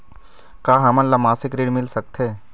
का हमन ला मासिक ऋण मिल सकथे?